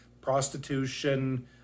prostitution